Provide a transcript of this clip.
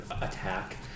attack